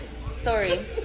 story